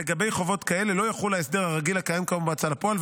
לגבי חובות כאלה לא יחול ההסדר הרגיל הקיים כיום בהוצאה לפועל,